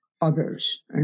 others